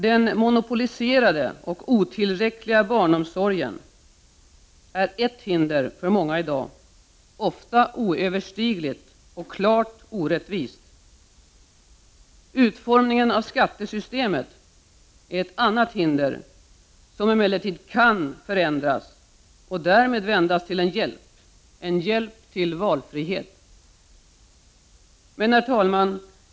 Den monopoliserade och otillräckliga barnomsorgen är ett hinder för många i dag. Det är ett hinder som ofta är oöverstigligt och klart orättvist. Utformningen av skattesystemet är ett annat hinder, som emellertid kan förändras och därmed vändas till en hjälp — en hjälp till valfrihet. Herr talman!